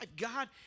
God